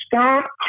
stop